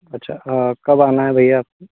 अच्छा कब आना है भैया आपको